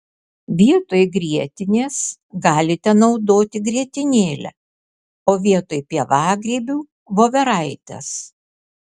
vietoj grietinės galite naudoti grietinėlę o vietoj pievagrybių voveraites